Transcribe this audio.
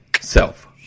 Self